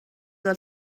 del